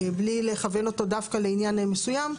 בלי לכוון אותו דווקא לעניין מסוים.